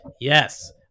yes